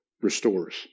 restores